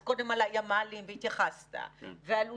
אז קודם על הימ"לים והתייחסת; ועלו